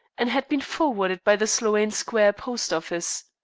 and had been forwarded by the sloane square post-office.